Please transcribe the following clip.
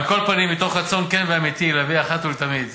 על כל פנים, מתוך רצון כן ואמיתי להביא אחת ולתמיד